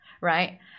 right